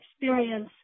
experience